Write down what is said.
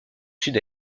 sud